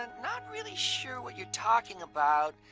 ah not really sure what you're talking about,